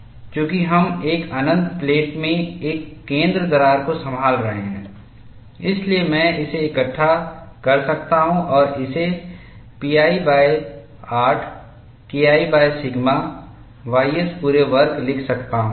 चूंकि हम एक अनंत प्लेट में एक केंद्र दरार को संभाल रहे हैं इसलिए मैं इसे इकट्ठा कर सकता हूं और इसे pi8 KI सिग्मा ys पूरे वर्ग लिख सकता हूं